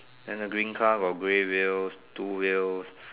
and the green cars got grey wheels two wheels